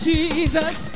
Jesus